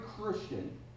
Christian